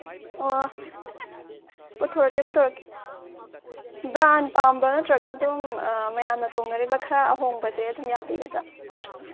ꯑꯣ ꯄꯨꯊꯣꯔꯛꯀꯦ ꯄꯨꯊꯣꯔꯛꯀꯦ ꯕ꯭ꯔꯥꯟ ꯄꯥꯝꯕ꯭ꯔꯥ ꯅꯠꯇ꯭ꯔꯒ ꯑꯗꯨꯝ ꯃꯌꯥꯝꯅ ꯇꯣꯡꯅꯔꯤꯕ ꯈꯔ ꯑꯍꯣꯡꯕꯁꯦ ꯑꯗꯨꯝ ꯌꯥꯕꯤꯒꯗ꯭ꯔꯥ